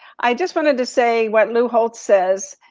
i just wanted to say what lou holtz says,